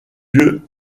lieu